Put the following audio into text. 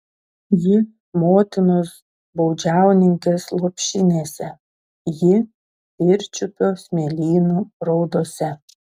ji motinos baudžiauninkės lopšinėse ji pirčiupio smėlynų raudose